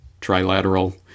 trilateral